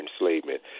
enslavement